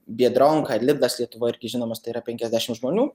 biedronka lidlas lietuvoj irgi žinomas tai yra penkiasdešimt žmonių